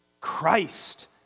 Christ